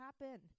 happen